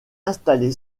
installée